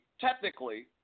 technically